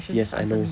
yes I know